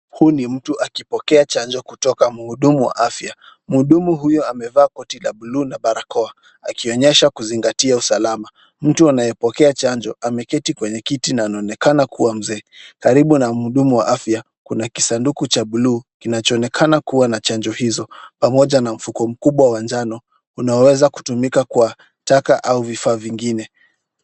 Huyu ni mtu akipokea chanjo kutoka mhudumu wa afya. Mhudumu huyu amevaa koti la blue na barakoa akionyesha kuzingatia usalama. Mtu anayepokea chanjo ameketi kwenye kiti na anaonekana kuwa mzee. Karibu na mhudumu wa afya kuna kisanduku cha blue kinachoonekana kuwa na chanjo hizo pamoja na mfuko mkubwa wa jano unaoweza kutumika kwa taka au vifaa vingine.